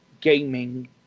gaming